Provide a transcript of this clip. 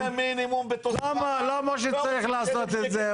עכשיו אתם מינימום --- למה צריך לעשות את זה?